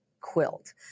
quilt